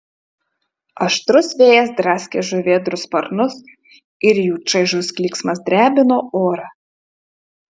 aštrus vėjas draskė žuvėdrų sparnus ir jų čaižus klyksmas drebino orą